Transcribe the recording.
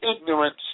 ignorance